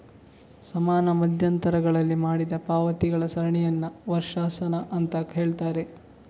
ಸಮಾನ ಮಧ್ಯಂತರಗಳಲ್ಲಿ ಮಾಡಿದ ಪಾವತಿಗಳ ಸರಣಿಯನ್ನ ವರ್ಷಾಶನ ಅಂತ ಹೇಳ್ತಾರೆ